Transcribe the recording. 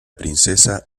princesa